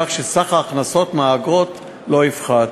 כך שסך ההכנסות מהאגרות לא יפחת.